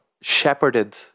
shepherded